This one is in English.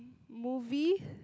movie